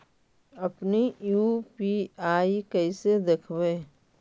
अपन यु.पी.आई कैसे देखबै?